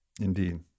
indeed